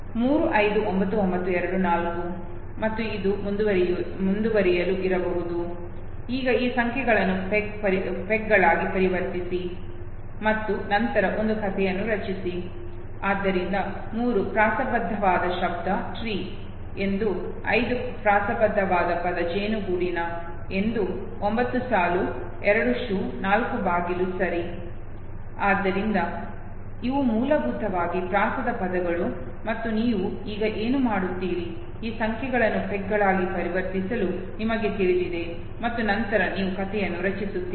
359924 ಮತ್ತು ಇದು ಮುಂದುವರೆಯಲು ಇರಬಹುದು ಈಗ ಈ ಸಂಖ್ಯೆಗಳನ್ನು ಪೆಗ್ಗಳಾಗಿ ಪರಿವರ್ತಿಸಿ ಮತ್ತು ನಂತರ ಒಂದು ಕಥೆಯನ್ನು ರಚಿಸಿ ಆದ್ದರಿಂದ 3 ಪ್ರಾಸಬದ್ಧವಾದ ಶಬ್ದ ಟ್ರೀ ಎಂದು 5 ಪ್ರಾಸಬದ್ಧವಾದ ಪದ ಜೇನುಗೂಡಿನ ಎಂದು 9 ಸಾಲು 2 ಶೂ 4 ಬಾಗಿಲು ಸರಿ ಆದ್ದರಿಂದ ಇವು ಮೂಲಭೂತವಾಗಿ ಪ್ರಾಸದ ಪದಗಳು ಮತ್ತು ನೀವು ಈಗ ಏನು ಮಾಡುತ್ತೀರಿ ಈ ಸಂಖ್ಯೆಗಳನ್ನು ಪೆಗ್ಗಳಾಗಿ ಪರಿವರ್ತಿಸಲು ನಿಮಗೆ ತಿಳಿದಿದೆ ಮತ್ತು ನಂತರ ನೀವು ಕಥೆಯನ್ನು ರಚಿಸುತ್ತೀರಿ